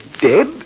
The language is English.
dead